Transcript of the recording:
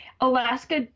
Alaska